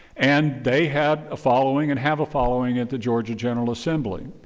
and they had a following and have a following at the georgia general assembly.